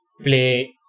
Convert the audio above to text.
play